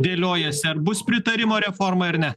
dėliojasi ar bus pritarimo reformai ar ne